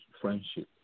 friendship